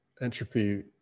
entropy